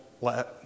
let